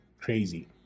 crazy